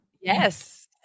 yes